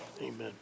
Amen